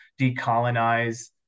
decolonize